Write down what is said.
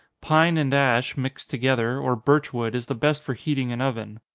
pine and ash, mixed together, or birch-wood, is the best for heating an oven.